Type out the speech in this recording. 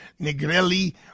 Negrelli